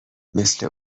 مثل